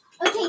Okay